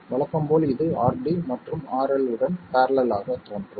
வழக்கம் போல் இது RD மற்றும் RL உடன் பேரலல் ஆகத் தோன்றும்